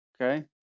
okay